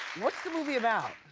what's the movie about?